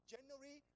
January